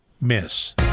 miss